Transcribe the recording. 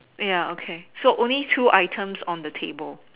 ya okay so only two items on the table